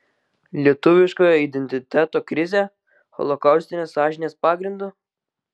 lietuviškojo identiteto krizė holokaustinės sąžinės pagrindu